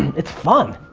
it's fun.